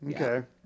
okay